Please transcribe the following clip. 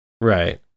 right